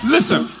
Listen